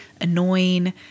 annoying